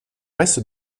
ouest